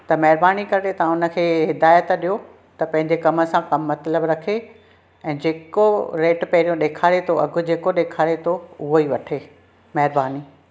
त महिरबानी करे तां उन खे हिदायत ॾियो त पंहिंजे कमु सां कमु मतिलबु रखे ऐं जेको रेट पहिरियों ॾेखारे थो अघि जेको ॾेखारे थो उहो ई वठे महिरबानी